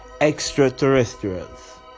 extraterrestrials